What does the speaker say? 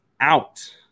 out